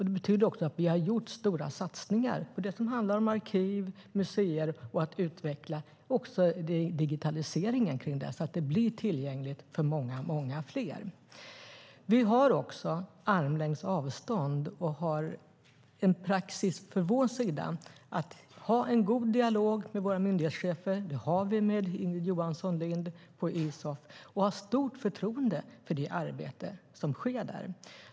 Det betyder att vi har gjort stora satsningar på arkiv och museer och på att utveckla digitaliseringen, så att det blir tillgängligt för många fler. Vi har också en armlängds avstånd, och vi har en praxis från vår sida att ha en god dialog med våra myndighetschefer. Det har vi med Ingrid Johansson Lind på Isof, och vi har stort förtroende för det arbete som sker där.